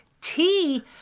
tea